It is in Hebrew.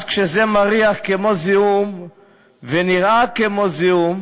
אז כשזה מריח כמו זיהום ונראה כמו זיהום,